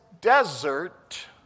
desert